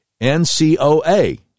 NCOA